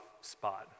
spot